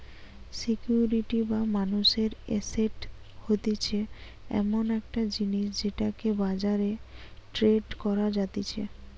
security বা মানুষের asset হতিছে এমন একটা জিনিস যেটাকে বাজারে ট্রেড করা যাতিছে